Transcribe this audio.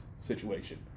situation